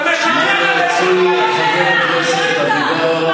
חבר הכנסת אבידר,